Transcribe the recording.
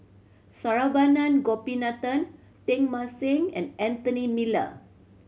Saravanan Gopinathan Teng Mah Seng and Anthony Miller